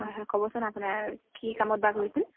হয় হয় ক'বচোন আপোনাৰ কি কামত বা কৰিছিল